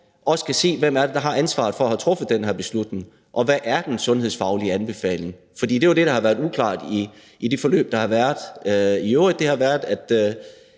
også kan se, hvem det er, der har ansvaret for at have truffet de her beslutninger, og hvad den sundhedsfaglige anbefaling er. For det er jo det, der har været uklart i det forløb, der i øvrigt har været, at